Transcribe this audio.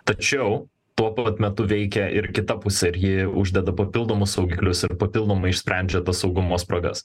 tačiau tuo pat metu veikia ir kita pusė ir ji uždeda papildomus saugiklius ir papildomai išsprendžia tas saugumo spragas